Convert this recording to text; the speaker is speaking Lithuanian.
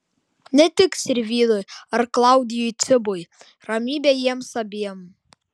ne tik sirvydui ar klaudijui cibui ramybė jiems abiem